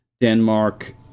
Denmark